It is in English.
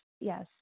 yes